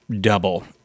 double